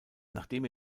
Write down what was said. nachdem